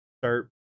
start